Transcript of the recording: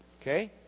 Okay